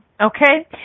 okay